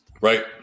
right